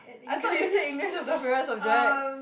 I thought you said English was your favourite subject